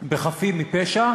בחפים מפשע,